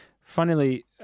funnily